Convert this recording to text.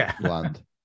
land